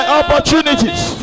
opportunities